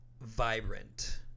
vibrant